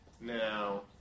Now